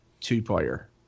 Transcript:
two-player